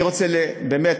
אני רוצה באמת